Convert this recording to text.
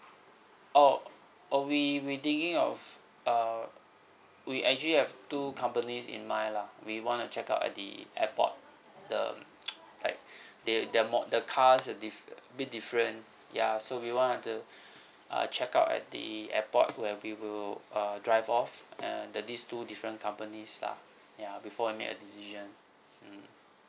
oh oh we we thinking of err we actually have two companies in mind lah we want to check out at the airport the like they the more the cars are diff~ bit different ya so we wanted to uh check out at the airport where we will err drive off uh the these two different companies lah ya before we make a decision